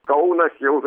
kaunas jau